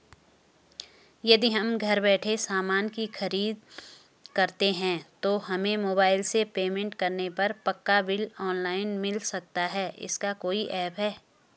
यदि हम घर बैठे सामान की खरीद करते हैं तो हमें मोबाइल से पेमेंट करने पर पक्का बिल ऑनलाइन मिल सकता है इसका कोई ऐप है